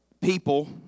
people